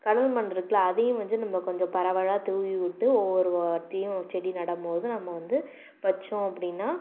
கடல் மண் இருக்குல்ல அதையும் வஞ்சு நம்ம கொஞ்சம் பரவலாக தூவி விட்டு ஒவ்வொரு வாட்டியும் செடி நடம்போது நம்ம வந்து வச்சோம் அப்படின்னா